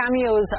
cameos